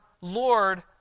Lord